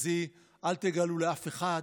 אז היא, אל תגלו לאף אחד,